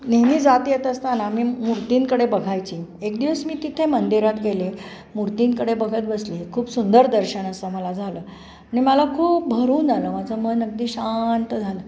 नेहमी जात येत असताना मी मूर्तींकडे बघायची एक दिवस मी तिथे मंदिरात गेले मूर्तींकडे बघत बसली खूप सुंदर दर्शन असं मला झालं आणि मला खूप भरून झालं माझं मन अगदी शांत झालं